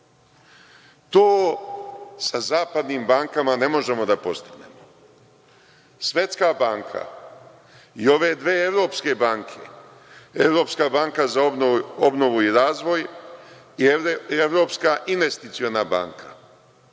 To sa zapadnim bankama ne možemo da postignemo. Svetska banka i ove dve evropske banke, Evropska banka za obnovu i razvoj i Evropska investiciona banka,